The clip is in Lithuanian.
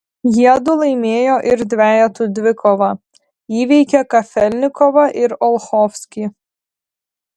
jiedu laimėjo ir dvejetų dvikovą įveikę kafelnikovą ir olchovskį